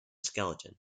skeleton